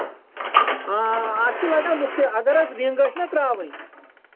آ اَتھ چھُ لگان مُفتٕے اَگر حظ رِنٛگ آسہِ نہ ترٛاوٕنۍ